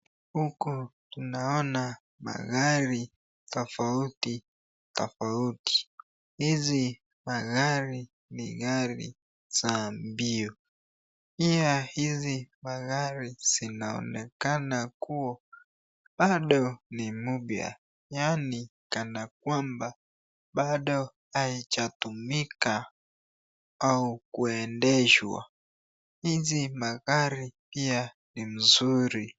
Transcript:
Huko tunaona magari tofauti tofauti. Hizi magari ni gari za mbio. Ya hizi magari zinaonekana kuwa bado ni mpya. Yaani kana kwamba bado haijatumika au kuendeshwa. Hizi magari pia ni mzuri.